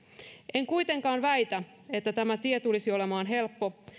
en kuitenkaan väitä että tämä tie tulisi olemaan helppo